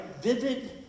Vivid